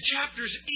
chapters